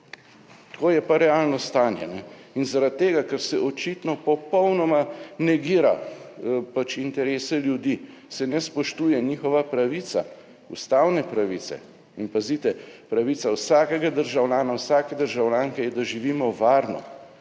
Tako je pa realno stanje. In zaradi tega, ker se očitno popolnoma negira pač interese ljudi, se ne spoštuje njihova pravica, ustavne pravice, in pazite, pravica vsakega državljana, vsake državljanke je, da živimo varno,